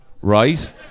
right